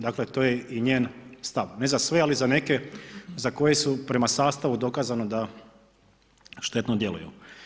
Dakle, to je i njen stav, ne za sve, ali za neke, za koji su prema sastavnu dokazano da štetno djeluju.